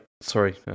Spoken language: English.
sorry